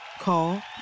Call